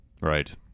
right